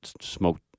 smoke